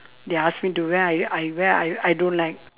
they ask me to wear I I wear I I don't like